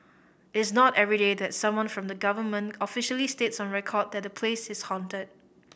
is not everyday that someone from the government officially states on record that a place is haunted